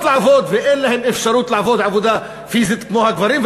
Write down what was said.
לעבוד ואין להן אפשרות לעבוד עבודה פיזית כמו הגברים,